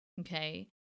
okay